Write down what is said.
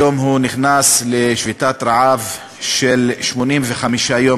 היום הוא נכנס לשביתת רעב של 85 יום.